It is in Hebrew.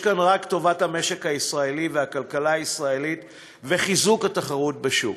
יש כאן רק טובת המשק הישראלי והכלכלה הישראלית וחיזוק התחרות בשוק.